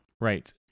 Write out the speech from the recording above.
right